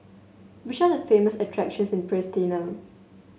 which are the famous attractions in Pristina